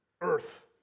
earth